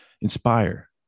Inspire